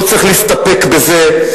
לא צריך להסתפק בזה,